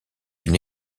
une